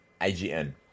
ign